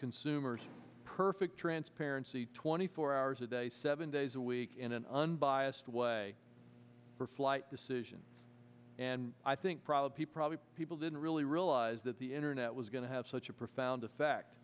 consumers perfect transparency twenty four hours a day seven days a week in an unbiased way for flight decision and i think people didn't really realize that the internet was going to have such a profound effect